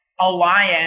alliance